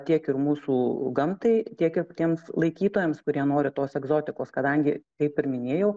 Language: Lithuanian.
tiek ir mūsų gamtai tiek ir tiems laikytojams kurie nori tos egzotikos kadangi kaip ir minėjau